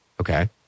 okay